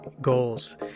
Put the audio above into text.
goals